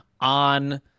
on